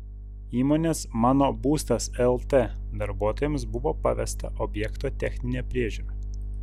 įmonės mano būstas lt darbuotojams buvo pavesta objekto techninė priežiūra